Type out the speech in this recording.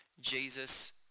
Jesus